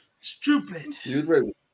Stupid